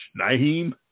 Naheem